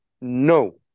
No